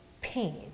pain